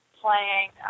playing